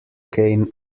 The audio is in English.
cane